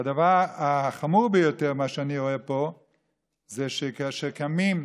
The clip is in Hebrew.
והדבר החמור ביותר שאני רואה פה זה שכאשר קמים,